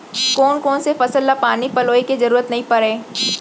कोन कोन से फसल ला पानी पलोय के जरूरत नई परय?